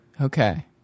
Okay